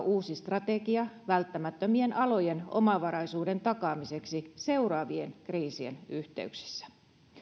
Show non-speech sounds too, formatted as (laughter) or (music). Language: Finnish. (unintelligible) uusi strategia välttämättömien alojen omavaraisuuden takaamiseksi seuraavien kriisien yhteyksissä